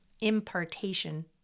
impartation